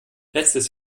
letztes